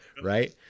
right